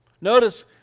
Notice